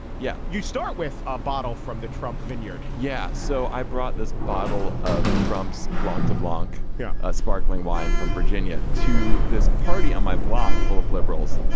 yeah. you start with a bottle from the trump vineyard. yeah. so i brought this bottle of trump's blonde to plonk yeah a sparkling wine from virginia to this party on my block full of liberals.